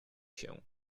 się